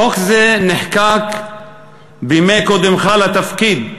חוק זה נחקק בימי קודמך לתפקיד,